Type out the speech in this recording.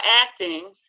acting